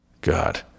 God